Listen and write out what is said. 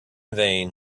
vain